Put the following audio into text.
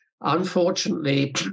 Unfortunately